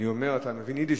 אתה מבין יידיש,